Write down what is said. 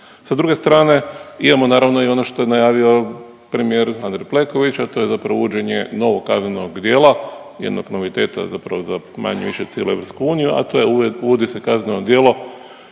Sa druge strane imamo naravno i ono što je najavio premijer Andrej Plenković, a to je zapravo uvođenje novog kaznenog djela, jednog noviteta zapravo za manje-više cijelu EU, a to je uvodi se kazneno djelo